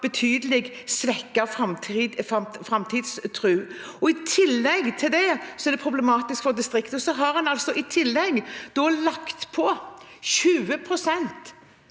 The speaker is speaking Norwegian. betydelig svekket framtidstro. I tillegg er det problematisk for distriktene. En har i tillegg lagt på 20 pst.